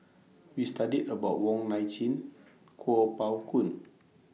We studied about Wong Nai Chin Kuo Pao Kun